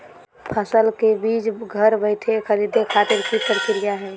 फसल के बीज घर बैठे खरीदे खातिर की प्रक्रिया हय?